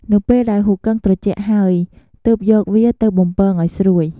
នៅពេលដែលហ៊ូគឹងត្រជាក់ហើយ ទើបយកវាទៅ បំពងឱ្យស្រួយ។